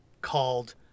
called